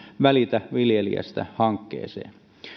välitä viljelijästä hankkeeseen